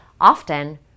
often